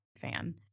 fan